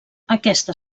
aquesta